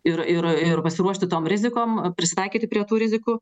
ir ir ir pasiruošti tom rizikom prisitaikyti prie tų rizikų